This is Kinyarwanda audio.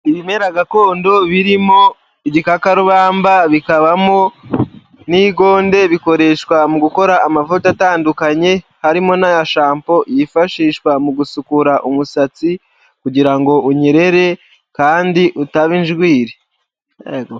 Ibimera gakondo birimo igikakarubamba, bikabamo n'igonde, bikoreshwa mu gukora amavuta atandukanye, harimo n'ayashampo yifashishwa mu gusukura umusatsi kugira ngo unyerere kandi utaba injwiri.